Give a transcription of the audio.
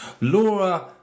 laura